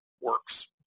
works